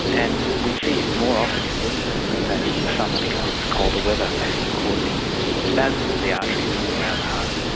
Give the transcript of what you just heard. and we see it more often in winter than in summer because of the colder weather causing spasm of the arteries around the heart.